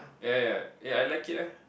yea yea yea I like it lah